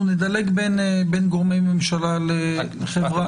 אנחנו נדלק בין גורמי ממשלה לחברה.